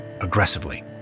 aggressively